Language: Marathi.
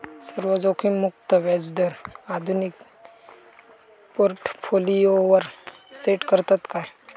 सर्व जोखीममुक्त व्याजदर आधुनिक पोर्टफोलियोवर सेट करतत काय?